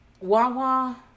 Wawa